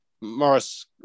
Morris